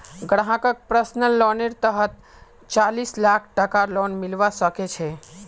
ग्राहकक पर्सनल लोनेर तहतत चालीस लाख टकार लोन मिलवा सके छै